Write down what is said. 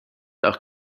auch